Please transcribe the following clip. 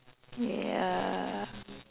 ya